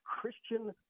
Christian